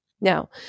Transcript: Now